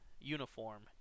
uniform